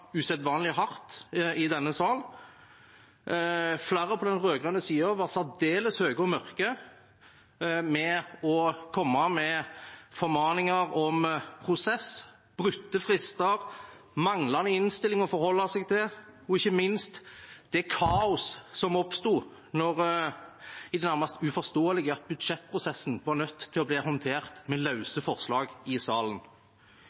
usedvanlig hardt i denne sal. Flere på den rød-grønne siden var særdeles høye og mørke når det gjaldt å komme med formaninger om prosess, brutte frister, manglende innstilling å forholde seg til, og ikke minst om det kaoset som oppsto ved det nærmest uforståelige at budsjettprosessen var nødt til å bli håndtert med løse forslag i salen.